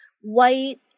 white